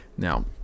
Now